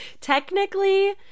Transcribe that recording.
Technically